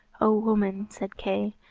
o woman, said kay,